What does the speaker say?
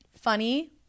Funny